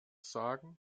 sagen